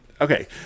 Okay